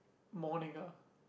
morning ah